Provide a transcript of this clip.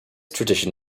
tradition